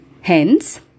Hence